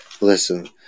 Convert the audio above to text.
listen